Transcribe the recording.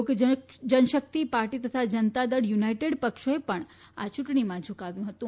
લોક Janshakti party તથા Janata Dal United પક્ષોએ પણ ચૂંટણીમાં ઝૂકાવ્યું હતું